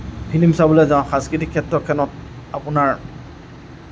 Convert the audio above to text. film চাবলৈ যাওঁ সাংস্কৃতিক ক্ষেত্ৰখনত আপোনাৰ